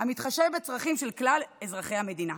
המתחשב בצרכים של כלל אזרחי המדינה.